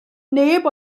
neb